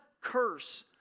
curse